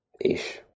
ish